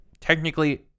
technically